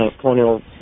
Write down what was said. colonial